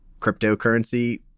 cryptocurrency